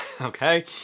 okay